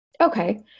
Okay